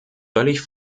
völlig